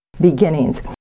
beginnings